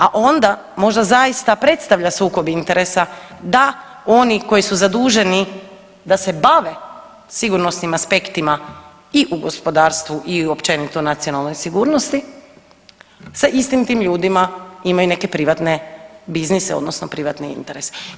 A onda možda zaista predstavlja sukob interesa da oni koji su zaduženi da se bave sigurnosnim aspektima i u gospodarstvu i općenito nacionalnoj sigurnosti sa istim tim ljudima imaju neke privatne biznise odnosno privatne interese.